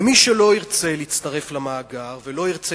מי שלא ירצה להצטרף למאגר ולא ירצה